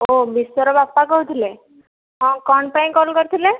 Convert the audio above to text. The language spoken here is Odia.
ଓଃ ବିଶ୍ୱର ବାପା କହୁଥିଲେ ହଁ କଣ ପାଇଁ କଲ୍ କରିଥିଲେ